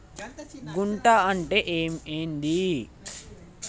గుంట అంటే ఏంది?